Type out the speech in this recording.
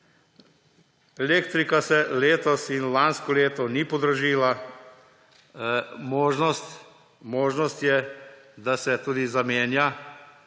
Elektrika se letos in lansko leto ni podražila. Možnost je, da se tudi zamenja